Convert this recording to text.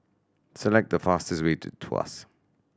select the fastest way to Tuas